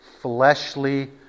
fleshly